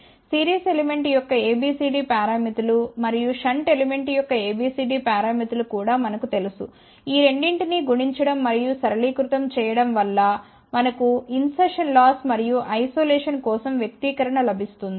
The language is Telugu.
కాబట్టి సిరీస్ ఎలిమెంట్ యొక్క ABCD పారామితులు మరియు షంట్ ఎలిమెంట్ యొక్క ABCD పారామితులు కూడా మనకు తెలుసు ఈ రెండింటి ని గుణించడం మరియు సరళీకృతం చేయడం వల్ల మనకు ఇన్సర్షస్ లాస్ మరియు ఐసోలేషన్ కోసం వ్యక్తీకరణ లభిస్తుంది